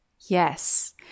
Yes